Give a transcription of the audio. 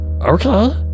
Okay